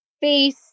face